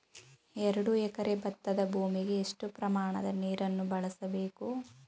ಎರಡು ಎಕರೆ ಭತ್ತದ ಭೂಮಿಗೆ ಎಷ್ಟು ಪ್ರಮಾಣದ ನೀರನ್ನು ಬಳಸಬೇಕು?